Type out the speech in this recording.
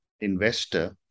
investor